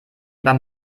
beim